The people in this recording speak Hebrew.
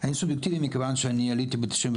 אני סובייקטיבי מכיוון שאני עליתי ב-91,